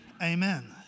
amen